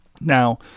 now